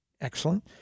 Excellent